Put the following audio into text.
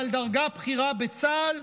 בעל דרגה בכירה בצה"ל,